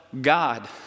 God